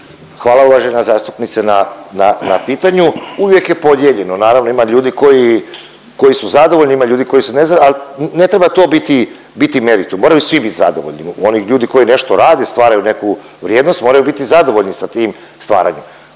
Hvala uvažena zastupnice na, na pitanju. Uvijek je podijeljeno, naravno ima ljudi koji, koji su zadovoljni, ima ljudi koji su nezado… ali ne treba to biti, biti meritum, moraju svi biti zadovoljni oni ljudi koji nešto rade, stvaraju neku vrijednost moraju biti zadovoljni sa tim stvaranjem.